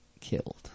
killed